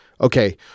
Okay